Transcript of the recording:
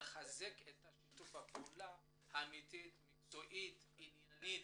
ונחזק את שיתוף הפעולה, אמיתית מקצועית, עניינית,